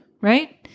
right